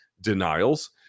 denials